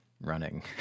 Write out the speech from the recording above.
running